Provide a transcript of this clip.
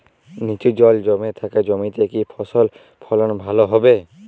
নিচু জল জমে থাকা জমিতে কি ফসল ফলন ভালো হবে?